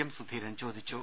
M Sudheeran ചോദിച്ചു